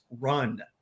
run